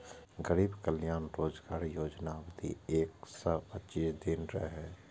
गरीब कल्याण रोजगार योजनाक अवधि एक सय पच्चीस दिन रहै